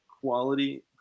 quality